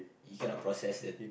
you cannot process the